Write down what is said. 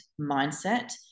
mindset